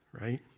right